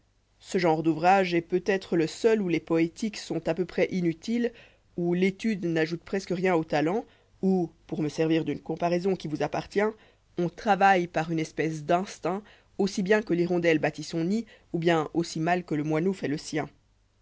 ce genre d'ouvrage est peut-être le seul où lès poétiques sont à peu près inutiles où l'étude n'ajoute presque rien au talent où pour me servir d'une comparaison qui vous appartient on travaille par une espèce d'instinct aussi bien que l'hirondelle bâtit son nid ou bien aussi mal que le moineau fait le sien